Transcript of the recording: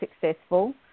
successful